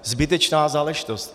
Zbytečná záležitost.